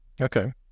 Okay